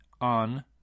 on